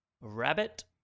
rabbit